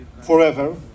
forever